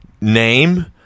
name